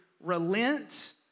relent